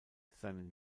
seinen